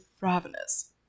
ravenous